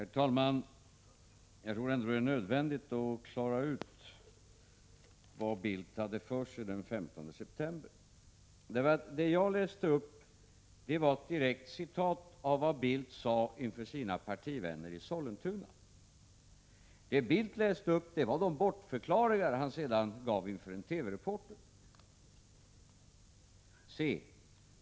Herr talman! Jag tror ändå att det är nödvändigt att klara ut vad Bildt hade för sig den 15 september. Det jag läste upp var nämligen ett direkt citat av vad Bildt sade inför sina partivänner i Sollentuna. Det som Bildt läste upp var de bortförklaringar han sedan gjorde inför en TV-reporter. Se!